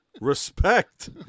Respect